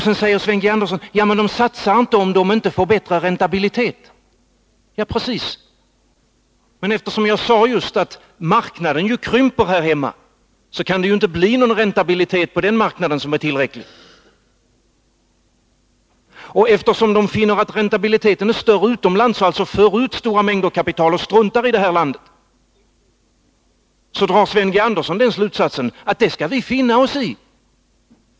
Sedan säger Sven Andersson: De satsar inte om de inte får bättre räntabilitet. Ja, precis! Eftersom marknaden här hemma krymper, kan det inte bli någon räntabilitet på den marknaden som är tillräcklig. Eftersom man finner att räntabiliteten är större utomlands och alltså för ut stora mängder kapital och struntar i det här landet, drar Sven G. Andersson slutsatsen att det skall vi finna oss i.